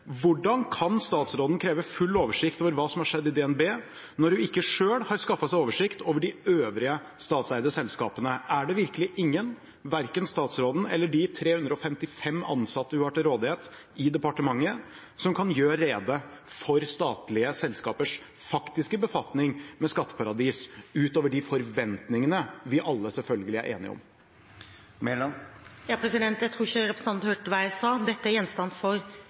Hvordan kan statsråden kreve full oversikt over hva som har skjedd i DNB, når hun ikke selv har skaffet seg oversikt over de øvrige statseide selskapene? Er det virkelig ingen, verken statsråden eller de 355 ansatte hun har til rådighet i departementet, som kan gjøre rede for statlige selskapers faktiske befatning med skatteparadis, utover de forventningene vi alle selvfølgelig er enige om? Jeg tror ikke representanten hørte hva jeg sa. Dette er gjenstand for